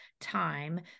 time